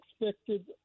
expected